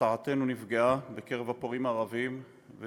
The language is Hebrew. הרתעתנו בקרב הפורעים הערבים נפגעה